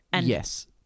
Yes